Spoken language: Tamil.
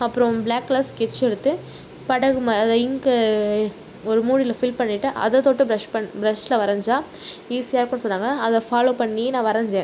அப்புறம் பிளாக் கலர் ஸ்கெட்ச் எடுத்து படகு மேலேயும் இங்க்கை ஒரு மூடியில் ஃபில் பண்ணிவிட்டு அதை தொட்டு பிரஷ் பிரஷ்ஷில் வரைஞ்சால் ஈஸியாக இருக்கும் சொன்னாங்க அதை ஃபாலோ பண்ணி நான் வரைஞ்சேன்